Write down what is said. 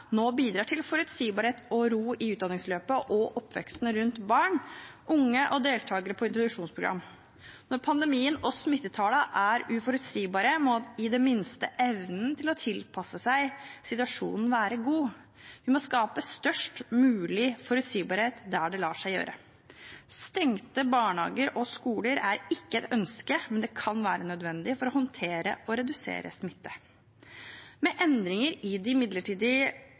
nå bidrar til forutsigbarhet og ro i utdanningsløpet og oppveksten til barn, unge og deltakere på introduksjonsprogram. Når pandemien og smittetallene er uforutsigbare, må i det minste evnen til å tilpasse seg situasjonen være god. Vi må skape størst mulig forutsigbarhet der det lar seg gjøre. Stengte barnehager og skoler er ikke et ønske, men det kan være nødvendig for å håndtere og redusere smitte. Med endringer i de midlertidige